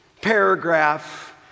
paragraph